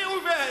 מי אויביה?